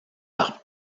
par